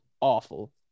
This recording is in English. awful